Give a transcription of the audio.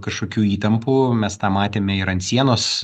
kažkokių įtampų mes tą matėme ir ant sienos